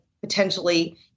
potentially